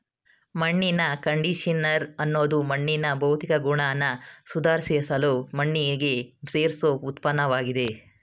ಮಣ್ಣಿನ ಕಂಡಿಷನರ್ ಅನ್ನೋದು ಮಣ್ಣಿನ ಭೌತಿಕ ಗುಣನ ಸುಧಾರ್ಸಲು ಮಣ್ಣಿಗೆ ಸೇರ್ಸೋ ಉತ್ಪನ್ನಆಗಿದೆ